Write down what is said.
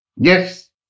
Yes